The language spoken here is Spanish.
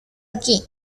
aquí